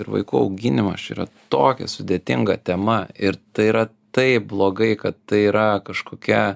ir vaikų auginimas čia yra tokia sudėtinga tema ir tai yra taip blogai kad tai yra kažkokia